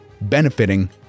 benefiting